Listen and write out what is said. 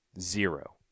Zero